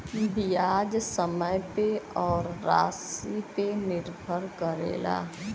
बियाज समय पे अउर रासी पे निर्भर करेला